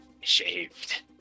Shaved